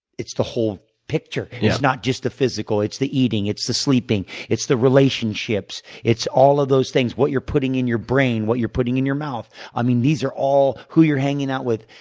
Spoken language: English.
it's the whole picture, it's not just the physical. it's the eating, it's the sleeping, it's the relationships. it's all of those things, what you're putting in your brain, what you're putting in your mouth. i mean, these are all who you're hanging out with.